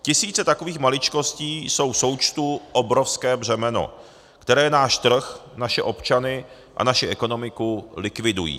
Tisíce takových maličkostí jsou v součtu obrovské břemeno, které náš trh, naše občany a naši ekonomiku likvidují.